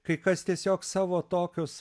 kai kas tiesiog savo tokius